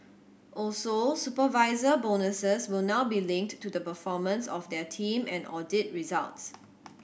also supervisor bonuses will now be linked to the performance of their team and audit results